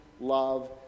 love